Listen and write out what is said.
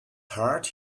heart